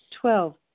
Twelve